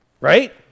Right